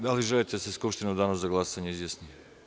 Da li želite da se Skupština u danu za glasanje izjasni?